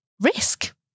risk